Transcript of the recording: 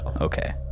okay